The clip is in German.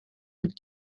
mit